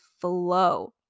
flow